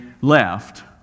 left